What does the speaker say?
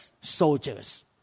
soldiers